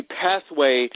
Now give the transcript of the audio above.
pathway